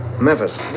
Memphis